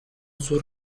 sus